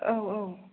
औ औ